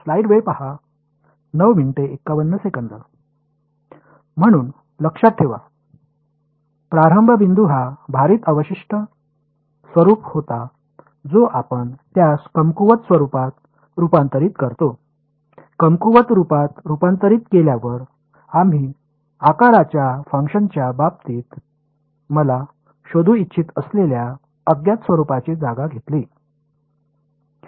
म्हणून लक्षात ठेवा प्रारंभ बिंदू हा भारित अवशिष्ट स्वरुप होता जो आपण त्यास कमकुवत स्वरूपात रूपांतरित करतो कमकुवत रूपात रूपांतरित केल्यावर आम्ही आकाराच्या कार्येच्या बाबतीत मला शोधू इच्छित असलेल्या अज्ञात स्वरूपाची जागा घेतली